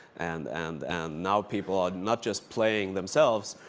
and and and now people are not just playing themselves.